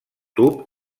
tub